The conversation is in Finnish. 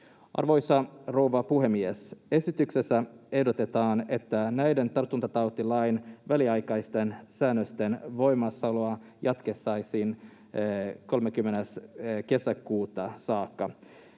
Arvoisa rouva puhemies! Esityksessä ehdotetaan, että näiden tartuntatautilain väliaikaisten säännösten voimassaoloa jatkettaisiin 30. kesäkuuta saakka.